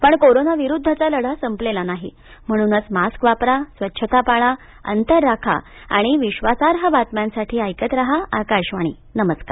पण कोरोना विरुद्धचा लढा संपलेला नाही म्हणूनच मास्क वापरा स्वच्छता पाळा अंतर राखा आणि विश्वासार्ह बातम्यांसाठी ऐकत राहा आकाशवाणी नमस्कार